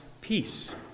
peace